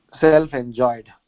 self-enjoyed